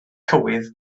cywydd